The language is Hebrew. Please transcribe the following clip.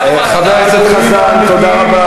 השאלה,